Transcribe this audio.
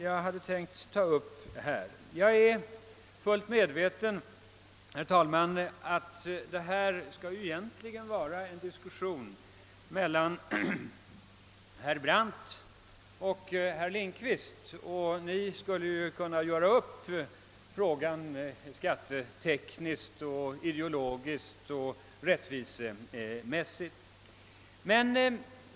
Jag är fullt medveten om att detta egentligen borde vara en diskussion mellan herr Brandt och herr Lindkvist, som skulle kunna göra upp frågor skattetekniskt, ideologiskt och rättvisemässigt.